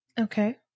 Okay